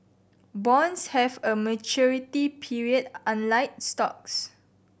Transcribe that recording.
bonds have a maturity period unlike stocks